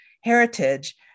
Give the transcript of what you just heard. heritage